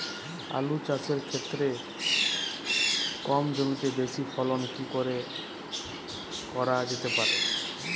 আলু চাষের ক্ষেত্রে কম জমিতে বেশি ফলন কি করে করা যেতে পারে?